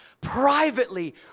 privately